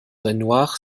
renoir